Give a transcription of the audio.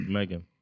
Megan